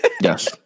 Yes